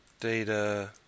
data